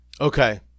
okay